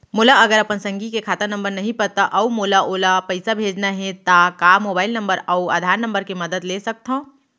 मोला अगर अपन संगी के खाता नंबर नहीं पता अऊ मोला ओला पइसा भेजना हे ता का मोबाईल नंबर अऊ आधार नंबर के मदद ले सकथव?